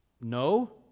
No